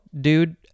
dude